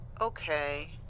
Okay